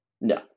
No